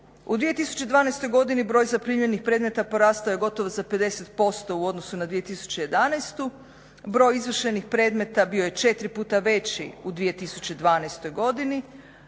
U 2012. godini broj zaprimljenih predmeta porastao je gotovo za 50% u odnosu na 2011. Broj izvršenih predmeta je 4 puta veći u 2012. godini.